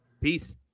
Peace